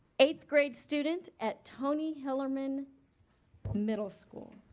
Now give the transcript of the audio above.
eighth grade student at tony hillerman middle school.